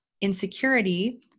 insecurity